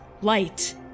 light